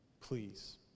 Please